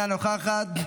אינה נוכחת.